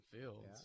Fields